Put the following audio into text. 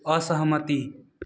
असहमति